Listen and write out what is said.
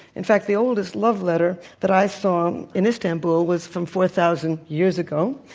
in fact, the oldest love letter that i saw um in istanbul was from four thousand years ago.